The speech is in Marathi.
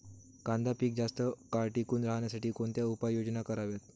कांदा पीक जास्त काळ टिकून राहण्यासाठी कोणत्या उपाययोजना कराव्यात?